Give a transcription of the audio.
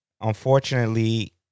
unfortunately